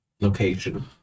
location